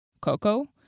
Coco